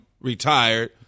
retired